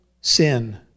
sin